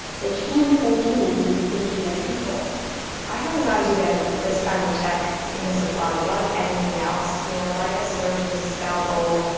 they can fool humans into thinking they're people i have anxiety about this kind of tech misapplied like anything else. you know like a surgeon's scalpel,